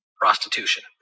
Prostitution